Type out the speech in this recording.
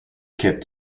kept